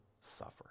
suffer